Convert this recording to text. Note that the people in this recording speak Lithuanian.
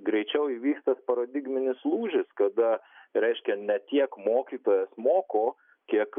greičiau įvyks tas paradigminis lūžis kada reiškia ne tiek mokytojas moko kiek